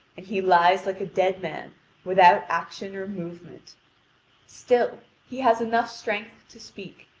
and he lies like a dead man without action or movement still he has enough strength to speak,